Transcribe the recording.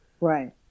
Right